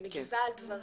אני מגיבה על דבריה.